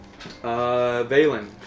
Valen